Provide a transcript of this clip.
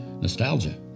Nostalgia